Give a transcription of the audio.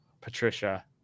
Patricia